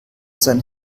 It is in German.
sein